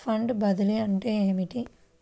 Fund బదిలీ అంటే ఏమిటి?